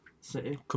City